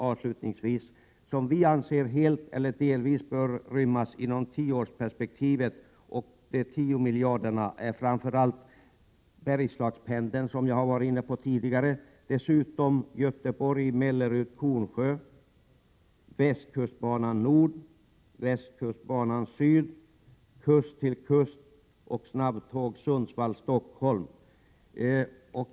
Övriga projekt som vi anser helt eller delvis bör rymmas inom tioårsperspektivet och inom de 10 miljarderna är framför allt Bergslagspendeln, som jag har berört tidigare, Göteborg-Mellerud-Kornsjö, västkustbanan Nord, västkustbanan Syd, kust-till-kust-banan och snabbtåg Sundsvall-Stockholm.